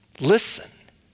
Listen